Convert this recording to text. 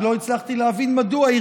אני לא הצלחתי להבין מדוע,